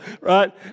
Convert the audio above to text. right